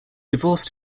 divorced